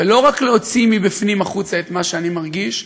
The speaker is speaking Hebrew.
ולא רק להוציא מבפנים החוצה את מה שאני מרגיש,